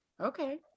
okay